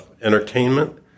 entertainment